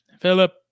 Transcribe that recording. Philip